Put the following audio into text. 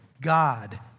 God